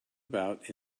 about